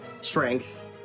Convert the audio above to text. Strength